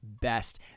best